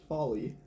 Folly